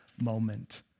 moment